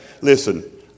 Listen